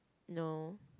no